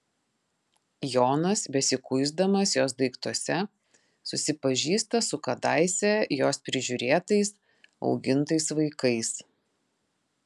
jonas besikuisdamas jos daiktuose susipažįsta su kadaise jos prižiūrėtais augintais vaikais